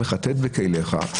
מחטט בכליך,